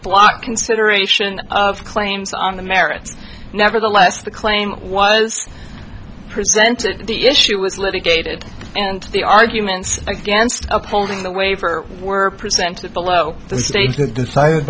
block consideration of claims on the merits nevertheless the claim was presented the issue was litigated and the arguments against upholding the waiver were presented below the state decided